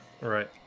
right